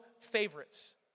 favorites